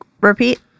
repeat